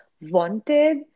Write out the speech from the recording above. wanted